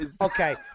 Okay